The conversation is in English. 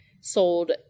sold